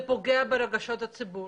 זה פוגע ברגשות הציבור,